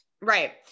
Right